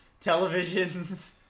televisions